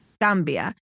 gambia